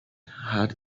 had